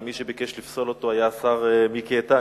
ומי שביקש לפסול אותו היה השר מיקי איתן,